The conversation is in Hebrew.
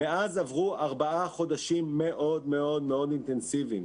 מאז עברו ארבעה חודשים מאוד מאוד אינטנסיביים.